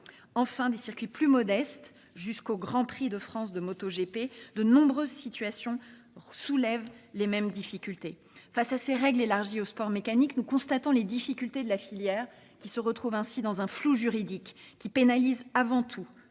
Enfin, des circuits plus modestes, jusqu'au grand prix de France de MotoGP, de nombreuses situations soulèvent les mêmes difficultés. Face à ces règles élargies au sport mécanique, nous constatons les difficultés de la filière qui se retrouvent ainsi dans un flou juridique, qui pénalise avant tout